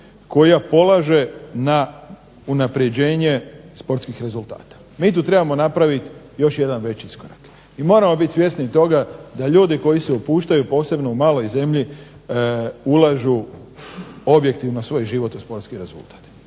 koja polaže na unapređenje sportskih rezultata. Mi tu trebamo napraviti još jedan veći iskorak, i moramo biti svjesni toga da ljudi koji se upuštaju posebno u maloj zemlji ulažu objektivno svoj život u sportski rezultat,